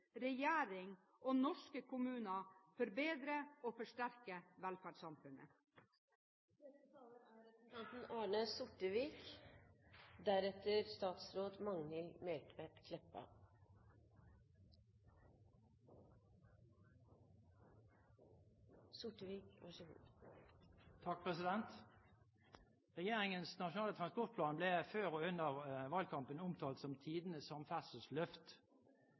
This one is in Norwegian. regjering og norske kommuner forbedre og forsterke velferdssamfunnet. Regjeringens forslag til Nasjonal transportplan ble før og under valgkampen omtalt som